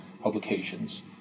publications